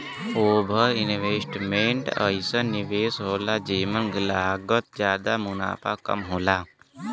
over investment अइसन निवेस होला जेमे लागत जादा मुनाफ़ा कम होला